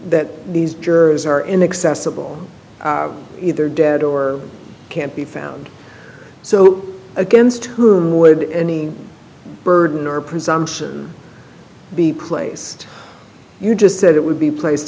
that these jurors are inaccessible either dead or can't be found so against whom would any burden or presumption be placed you just said it would be placed